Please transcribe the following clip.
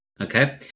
Okay